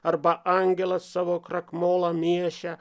arba angelas savo krakmolą miešia